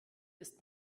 ist